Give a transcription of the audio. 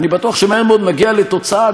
אני בטוח שמהר מאוד נגיע לתוצאה,